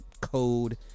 code